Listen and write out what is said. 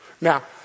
Now